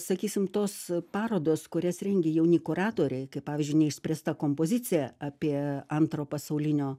sakysim tos parodos kurias rengė jauni kuratoriai kaip pavyzdžiui neišspręsta kompozicija apie antro pasaulinio